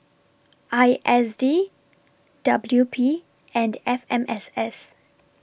I S D W P and F M S S